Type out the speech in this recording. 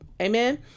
Amen